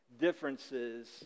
differences